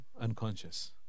unconscious